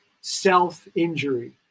self-injury